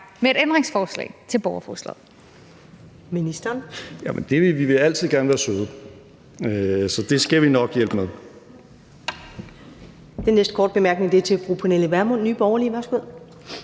med et ændringsforslag til borgerforslaget.